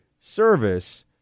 service